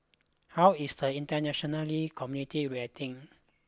how is the internationally community reacting